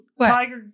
Tiger